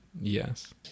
Yes